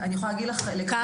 אני יכולה להגיד לך -- להיום,